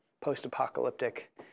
post-apocalyptic